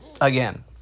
again